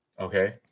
okay